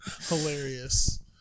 Hilarious